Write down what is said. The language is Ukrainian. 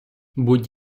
будь